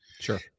Sure